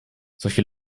solche